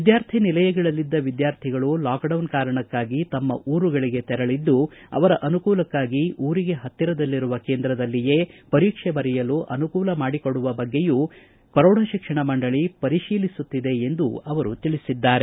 ವಿದ್ಯಾರ್ಥಿ ನಿಲಯಗಳಲ್ಲಿದ್ದ ವಿದ್ಯಾರ್ಥಿಗಳು ಲಾಕ್ಡೌನ್ ಕಾರಣಕ್ಕಾಗಿ ತಮ್ಮ ಊರುಗಳಿಗೆ ತೆರಳಿದ್ದು ಅವರ ಅನುಕೂಲಕ್ಕಾಗಿ ಊರಿಗೆ ಹತ್ತಿರದಲ್ಲಿರುವ ಕೇಂದ್ರದಲ್ಲಿಯೇ ಪರೀಕ್ಷೆ ಬರೆಯಲು ಅನುಕೂಲ ಮಾಡಿಕೊಡುವ ಬಗ್ಗೆ ಪ್ರೌಢಶಿಕ್ಷಣ ಮಂಡಳಿ ಪರಿಶೀಲಿಸುತ್ತಿದೆ ಎಂದು ಅವರು ತಿಳಿಸಿದ್ದಾರೆ